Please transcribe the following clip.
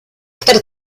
per